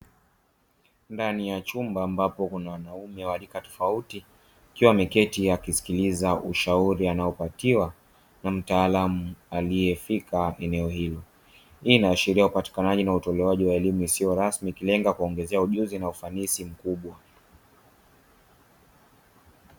Ndani ya chumba ambapo kuna wanaume wa rika tofauti wakiwa ameketi akisikiliza ushauri anaopatiwa na mtaalamu aliyefika eneo hilo. Hii inaashiria upatikanaji na utolewaji wa elimu isiyo rasmi ikilenga kuwaongezea ujuzi na ufanisi mkubwa.